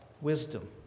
wisdom